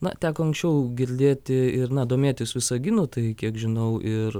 na teko anksčiau girdėti ir na domėtis visaginu tai kiek žinau ir